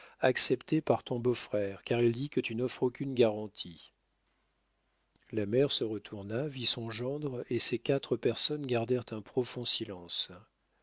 acceptée par ton beau-frère car il dit que tu n'offres aucune garantie la mère se retourna vit son gendre et ces quatre personnes gardèrent un profond silence